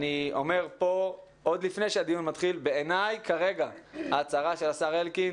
אני אומר שכרגע בעיני ההצהרה של השר אלקין